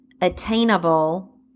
attainable